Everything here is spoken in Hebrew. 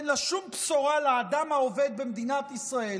אין לה שום בשורה לאדם העובד במדינת ישראל,